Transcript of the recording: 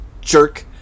Jerk